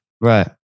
Right